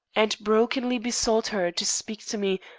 and brokenly besought her to speak to me,